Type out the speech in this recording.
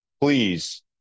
please